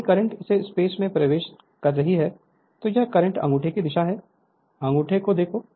यदि करंट इस स्पेस में प्रवेश कर रही है तो यह करंट अंगूठे की दिशा है अंगूठे को देखो